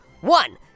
One